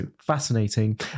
fascinating